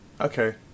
Okay